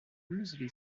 loosely